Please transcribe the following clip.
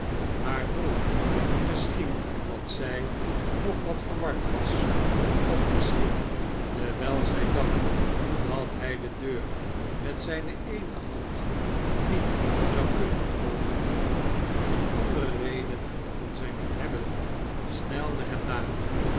maar dolly misschien omdat zij nog wat verward was of misschien dewijl zij dacht dat hij de deur met zijne e'ene hand niet zou kunnen opendoen eene andere reden kon zij niet hebben snelde hem na